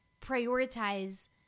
prioritize